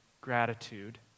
gratitude